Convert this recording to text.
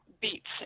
beets